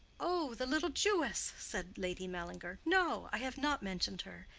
oh, the little jewess! said lady mallinger. no, i have not mentioned her.